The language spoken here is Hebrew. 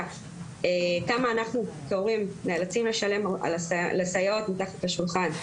כמה אנחנו כהורים נאלצים לשלם לסייעות מתחת לשולחן.